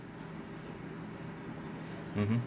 mmhmm